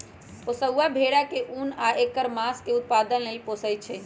पोशौआ भेड़ा के उन आ ऐकर मास के उत्पादन लेल पोशइ छइ